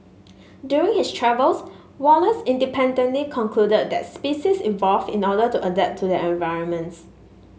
during his travels Wallace independently concluded that species evolve in order to adapt to their environments